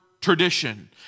tradition